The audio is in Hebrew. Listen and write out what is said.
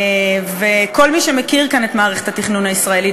כל מי שמכיר את מערכת התכנון הישראלית,